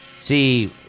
see